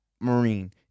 marine